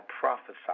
prophesied